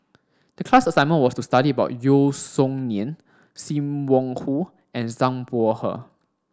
the class assignment was to study about Yeo Song Nian Sim Wong Hoo and Zhang Bohe